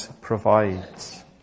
provides